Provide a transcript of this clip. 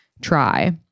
try